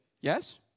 yes